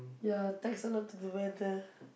ya thanks a lot to the weather